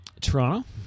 Toronto